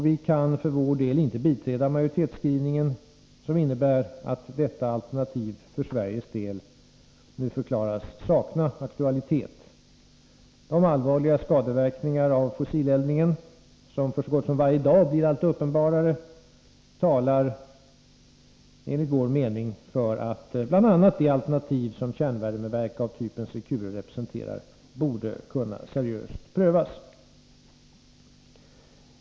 Vi kan för vår del inte biträda majoritetsskrivningen som innebär att detta alternativ för Sveriges del nu förklaras sakna aktualitet. De allvarliga skadeverkningar av fossileldningen som så gott som varje dag blir allt uppenbarare talar enligt vår mening för att bl.a. det alternativ som kärnvärmeverk av typen Secure representerar borde kunna seriöst prövas.